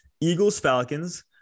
Eagles-Falcons